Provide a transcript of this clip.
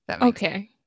okay